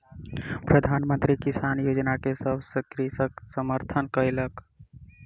प्रधान मंत्री किसान योजना के सभ कृषक समर्थन कयलक